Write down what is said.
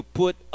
put